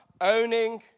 owning